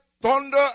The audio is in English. thunder